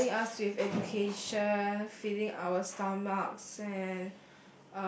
providing us with education feeding our stomachs and